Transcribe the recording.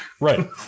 Right